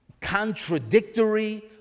contradictory